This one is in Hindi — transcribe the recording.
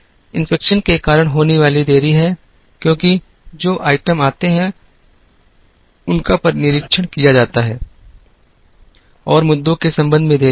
निरीक्षण के कारण होने वाली देरी हैं क्योंकि जो आइटम आते हैं उनका निरीक्षण किया जाता है और मुद्दों के संबंध में देरी होती है